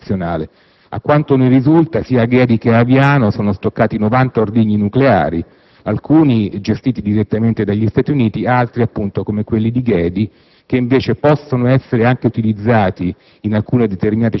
che permetta l'uso e la presenza di bombe sul territorio nazionale. A quanto mi risulta, sia a Ghedi che ad Aviano, sono stoccati 90 ordigni nucleari, alcuni gestiti direttamente dagli Stati Uniti, altri, come appunto quelli di Ghedi,